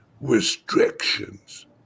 restrictions